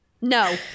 No